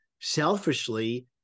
selfishly